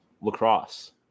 Lacrosse